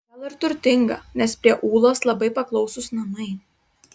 gal ir turtinga nes prie ūlos labai paklausūs namai